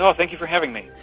um thank you for having me.